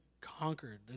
conquered